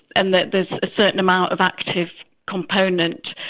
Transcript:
and that there's a certain amount of active component.